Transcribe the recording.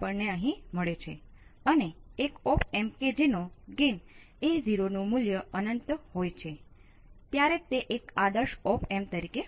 હવે અહીં એકમાત્ર વિદ્યુત પ્રવાહ Rx દ્વારા વહી રહ્યો છે અને આ નોડ Vi પર છે આ નોડ KVi